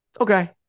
okay